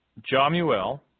Jamuel